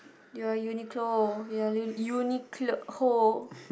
you're Uniqlo you are u~ Uniqlo